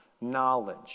knowledge